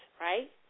right